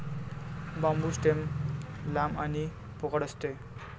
बांबू stem लांब आणि पोकळ असते